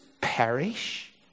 perish